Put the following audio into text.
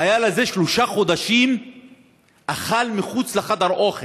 החייל הזה שלושה חודשים אכל מחוץ לחדר האוכל,